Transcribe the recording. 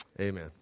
Amen